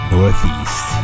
Northeast